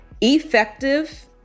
effective